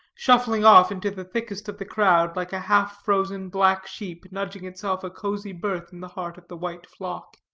shuffling off into the thickest of the crowd, like a half-frozen black sheep nudging itself a cozy berth in the heart of the white flock.